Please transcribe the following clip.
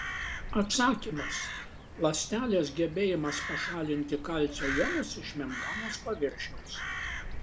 atsakymas ląstelės gebėjimas pašalinti kalcio jonus iš membranos paviršiaus